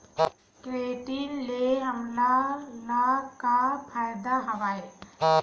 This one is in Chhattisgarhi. क्रेडिट ले हमन ला का फ़ायदा हवय?